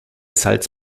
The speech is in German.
salz